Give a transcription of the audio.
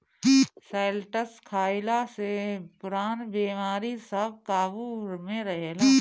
शैलटस खइला से पुरान बेमारी सब काबु में रहेला